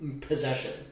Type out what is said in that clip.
possession